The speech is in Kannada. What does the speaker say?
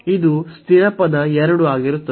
ಇದು ಸ್ಥಿರ ಪದ 2 ಆಗಿರುತ್ತದೆ